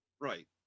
Right